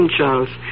Charles